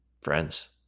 Friends